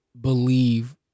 believe